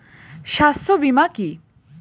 স্বাস্থ্য বীমা কি?